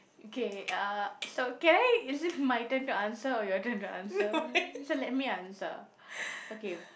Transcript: okay uh so can I is it my turn to answer or your turn to answer so let me answer okay